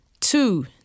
Two